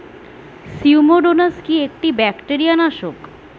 Pseudomonas কি একটা bacteria নাশক?